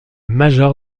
major